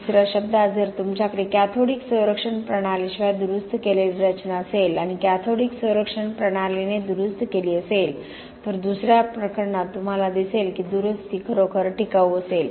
दुसर्या शब्दांत जर तुमच्याकडे कॅथोडिक संरक्षण प्रणालीशिवाय दुरुस्त केलेली रचना असेल आणि कॅथोडिक संरक्षण प्रणालीने दुरुस्त केली असेल तर दुस या प्रकरणात तुम्हाला दिसेल की दुरुस्ती खरोखर टिकाऊ असेल